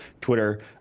Twitter